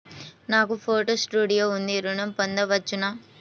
నాకు photo studio ఉంది ఋణం పొంద వచ్చునా?